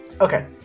Okay